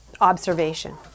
observation